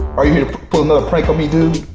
are you gonna pull another prank on me dude?